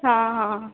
हां हां